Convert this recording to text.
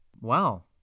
Wow